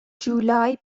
جولای